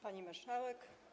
Pani Marszałek!